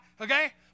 okay